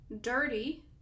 Dirty